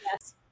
Yes